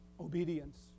Obedience